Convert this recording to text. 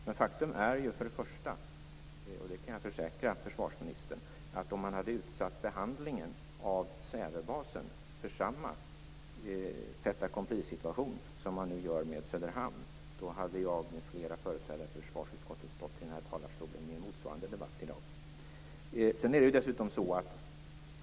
Men jag kan försäkra försvarsministern om att om Sävebasen hade utsatts för samma faitaccompli-situation som Söderhamn nu utsätts för, hade jag med flera företrädare för försvarsutskottet stått i denna talarstol i en motsvarande debatt i dag.